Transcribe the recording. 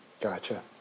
Gotcha